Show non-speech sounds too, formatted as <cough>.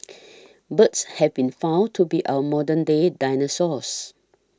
<noise> birds have been found to be our modern day dinosaurs